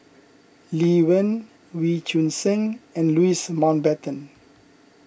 Lee Wen Wee Choon Seng and Louis Mountbatten